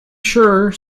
sure